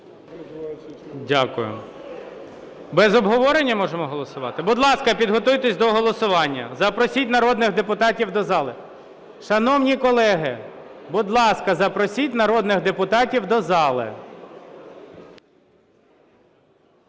Дякую. Без обговорення можемо голосувати? Будь ласка, підготуйтесь до голосування. Запросіть народних депутатів до зали. Шановні колеги, будь ласка, запросіть народних депутатів до зали.